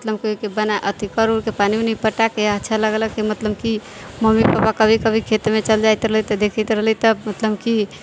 मतलब कि बना अथी कर उरके पानी उनी पटाके अच्छा लागलै कि मतलब कि मम्मी पप्पा कभी कभी खेतमे चलि जाइत रहलै तऽ देखैत रहलै तऽ मतलब कि